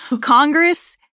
Congress